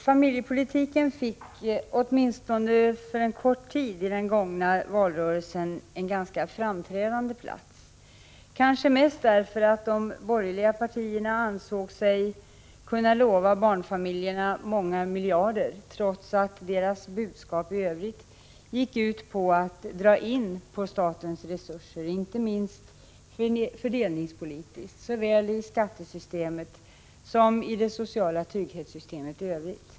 Familjepolitiken fick, åtminstone för en kort tid, i den gångna valrörelsen en ganska framträdande plats, kanske mest därför att de borgerliga partierna ansåg sig kunna lova barnfamiljerna många miljarder trots att deras budskap i övrigt gick ut på att dra in på statens resurser — inte minst fördelningspolitiskt såväl i skattesystemet som i det sociala trygghetssystemet i övrigt.